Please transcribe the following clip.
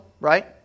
right